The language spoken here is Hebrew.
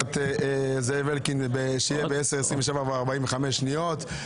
ברוויזיות --- 10:27 ו-47 שניות.